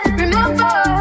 remember